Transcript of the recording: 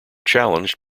challenged